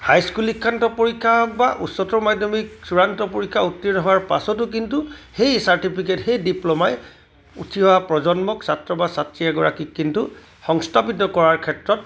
high school শিক্ষান্ত পৰীক্ষা হওক বা উচ্চতৰ মাধ্যমিক চূড়ান্ত পৰীক্ষা উত্তীৰ্ণ হোৱাৰ পাছতো কিন্তু সেই চাৰ্টিফিকেট সেই ডিপ্ল'মাই উঠি অহা প্ৰজন্মক ছাত্ৰ বা ছাত্ৰী এগৰাকীক কিন্তু সংস্থাপিত কৰাৰ ক্ষেত্ৰত